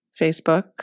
Facebook